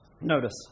Notice